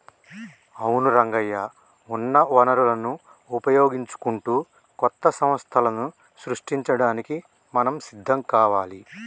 అవును రంగయ్య ఉన్న వనరులను వినియోగించుకుంటూ కొత్త సంస్థలను సృష్టించడానికి మనం సిద్ధం కావాలి